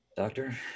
Doctor